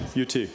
UT